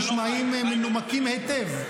משרד החינוך מתנגד מטעמים שנשמעים מנומקים היטב,